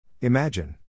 Imagine